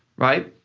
right?